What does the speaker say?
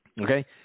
Okay